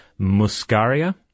muscaria